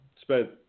spent